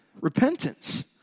Repentance